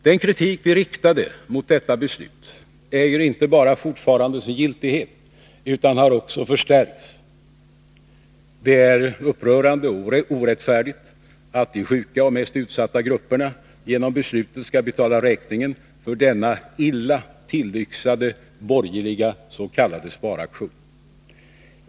Den kritik vi riktat mot detta beslut äger inte bara fortfarande sin giltighet utan har också förstärkts. Det är upprörande orättfärdigt att de sjuka och de mest utsatta grupperna genom beslutet skall betala räkningen för denna illa tillyxade borgerliga s.k. sparaktion.